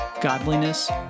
godliness